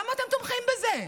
למה אתם תומכים בזה?